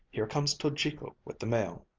here comes tojiko with the mail.